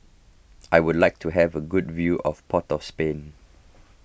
I would like to have a good view of Port of Spain